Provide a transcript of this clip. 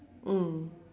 mm